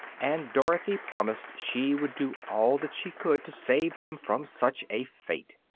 and dorothy promised she would do all that she could to save them from such a fate.